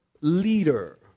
leader